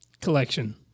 collection